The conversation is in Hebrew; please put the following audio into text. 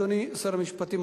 אדוני שר המשפטים,